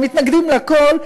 הם מתנגדים לכול.